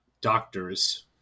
doctors